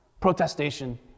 protestation